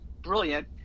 brilliant